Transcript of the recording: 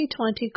2020